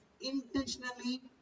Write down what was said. intentionally